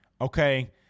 Okay